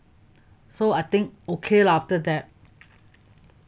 so I think okay lah after that